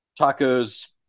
tacos